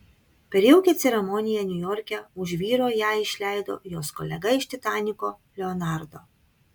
per jaukią ceremoniją niujorke už vyro ją išleido jos kolega iš titaniko leonardo